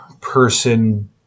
person